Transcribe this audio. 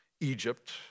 Egypt